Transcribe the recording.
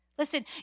Listen